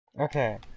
Okay